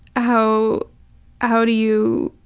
how how do you.